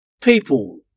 People